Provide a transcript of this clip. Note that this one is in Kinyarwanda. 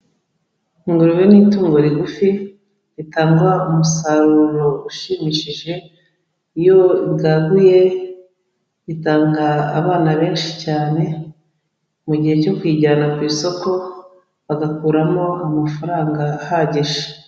Ingurube n'itungo rigufi ritanga umusaruro ushimishije, iyo ribwaguye ritanga abana benshi cyane, mu gihe cyo kurijyana ku isoko bagakuramo amafaranga ahagije.